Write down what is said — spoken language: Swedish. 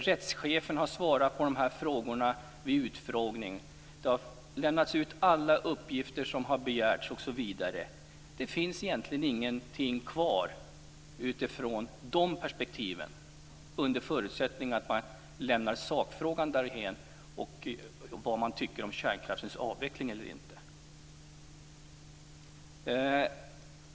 Rättschefen har svarat på de här frågorna vid en utfrågning. Alla uppgifter som har begärts har lämnats ut. Det finns egentligen ingenting kvar utifrån de perspektiven, under förutsättning att man lämnar sakfrågan, dvs.